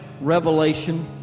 revelation